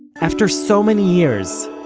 after so many years,